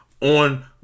on